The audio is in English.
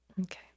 okay